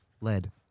Lead